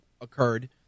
occurred